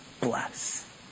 bless